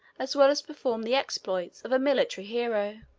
as well as perform the exploits, of a military hero.